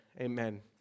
Amen